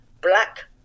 Black